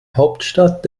hauptstadt